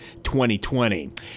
2020